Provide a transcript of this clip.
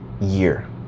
year